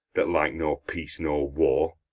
that like nor peace nor war?